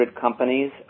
companies